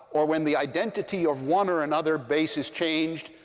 or when the identity of one or another base has changed,